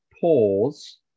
pause